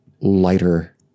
lighter